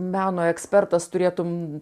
meno ekspertas turėtum